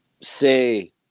say